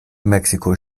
mexiko